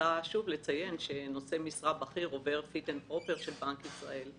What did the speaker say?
רוצה לציין שנושא משרה בכיר עובר Fit and Proper של בנק ישראל.